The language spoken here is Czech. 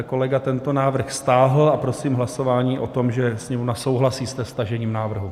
Kolega tento návrh stáhl a prosím hlasování o tom, že Sněmovna souhlasí se stažením návrhu.